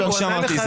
כלכלית?